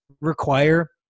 require